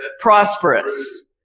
prosperous